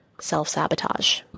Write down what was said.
self-sabotage